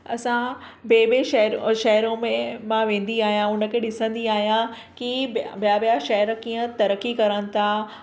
असां ॿिए ॿिए शहर शहरो में मां वेंदी आहियां हुनखे ॾिसंदी आहियां की बिया बिया शहर कीअं तरक़ी करनि था